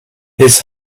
his